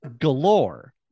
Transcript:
galore